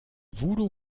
voodoo